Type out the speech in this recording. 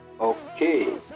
Okay